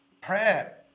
Prayer